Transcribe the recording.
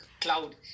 cloud